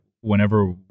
whenever